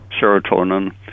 serotonin